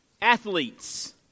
athletes